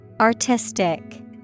Artistic